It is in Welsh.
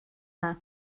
yna